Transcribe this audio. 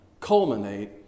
culminate